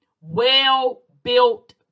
Well-built